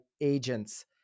agents